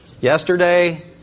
Yesterday